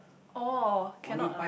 oh cannot ah